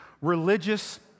Religious